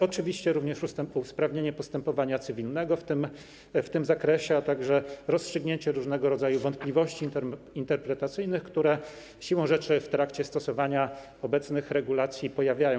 Oczywiście chodzi również o usprawnienie postępowania cywilnego w tym zakresie, a także rozstrzygnięcie różnego rodzaju wątpliwości interpretacyjnych, które siłą rzeczy w trakcie stosowania obecnych regulacji się pojawiają.